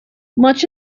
much